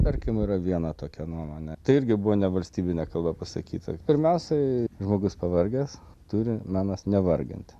tarkim yra viena tokia nuomonė tai irgi buvo ne valstybine kalba pasakyta pirmiausiai žmogus pavargęs turi menas nevarginti